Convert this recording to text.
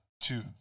Two